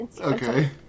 Okay